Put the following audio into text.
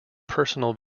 personal